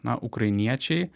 na ukrainiečiai